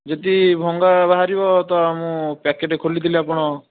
ଯଦି ଭଙ୍ଗା ବହାରିବ ତ ମୁଁ ପ୍ୟାକେଟ୍ ଖୋଲିଥିଲେ ଆପଣ